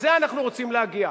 לזה אנחנו רוצים להגיע.